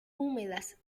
húmedas